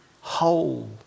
whole